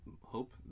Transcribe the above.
hope